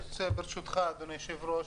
ברשותך אדוני היושב ראש,